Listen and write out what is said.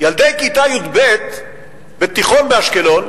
ילדי כיתה י"ב בתיכון באשקלון,